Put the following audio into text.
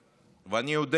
ואני יודע אולי